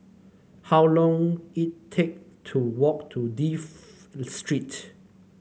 how long it take to walk to Dafne Street